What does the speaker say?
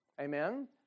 amen